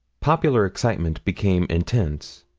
popular excitement became intense.